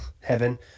heaven